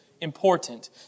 important